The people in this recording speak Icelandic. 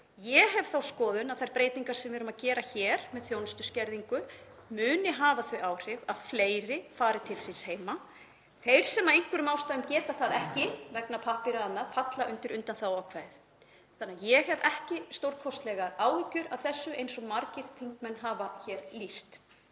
Ég hef þá skoðun að þær breytingar sem við erum að gera hér með þjónustuskerðingu muni hafa þau áhrif að fleiri fari til síns heima. Þeir sem af einhverjum ástæðum geta það ekki vegna pappíranna eða annars falla undir undanþáguákvæðið. Ég hef því ekki stórkostlegar áhyggjur af þessu eins og margir þingmenn hafa hér lýst.